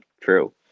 true